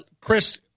chris